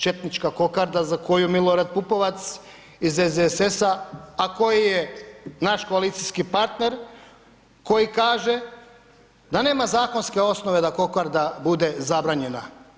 Četnička kokarda za koju M. Pupovac iz SDSS-a a koji je naš koalicijski partner, koji kaže da nema zakonske osnove da kokarda bude zabranjena.